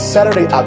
Saturday